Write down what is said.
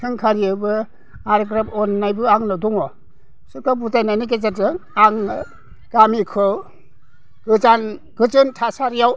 सोंखारियोबो आरो खोब अननायबो आंनाव दङ बिसोरखौ बुजायनायनि गेजेरजों आङो गामिखौ गोजोन थासारियाव